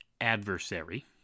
adversary